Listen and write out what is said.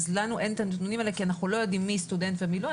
לנו אין את הנתונים האלה כי אנחנו לא יודעים מי סטודנט ומי לא,